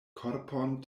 korpon